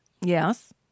Yes